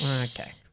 Okay